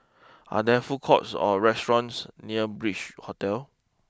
are there food courts or restaurants near Beach Hotel